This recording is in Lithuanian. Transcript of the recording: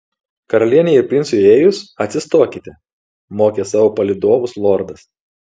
karalienei ir princui įėjus atsistokite mokė savo palydovus lordas